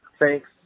thanks